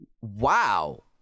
wow